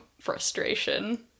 frustration